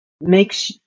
makes